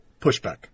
pushback